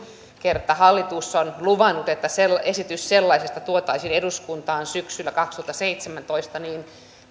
kerta hallitus on luvannut että esitys sellaisesta tuotaisiin eduskuntaan syksyllä kaksituhattaseitsemäntoista